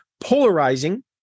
polarizing